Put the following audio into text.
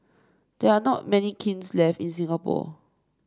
there are not many kilns left in Singapore